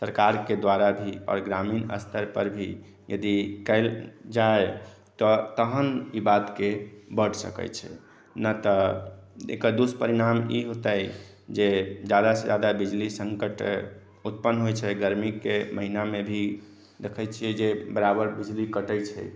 सरकार के द्वारा भी आओर ग्रामीण स्तर पर भी यदि कयल जाय तऽ तहन ई बात के बढ़ सकै छै ना तऽ एकर दुष्परिणाम ई होतै जे जादा से जादा बिजली संकट उत्पन्न होइ छै गरमी के महीना मे भी देखै छियै जे बराबर बिजली कटै छै